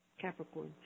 Capricorn